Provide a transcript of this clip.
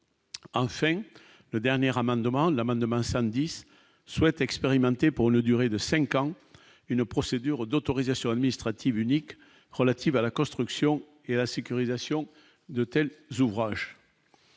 enfin, le dernier demande la manne demain samedi s'souhaite expérimenter pour le durée de 5 ans, une procédure d'autorisation administrative unique relatives à la construction et la sécurisation de tels ouvrages.